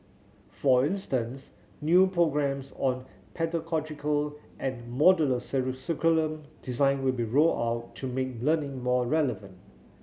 for instance new programmes on pedagogical and modular curriculum design will be rolled out to make learning more relevant